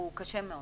הוא קשה מאוד.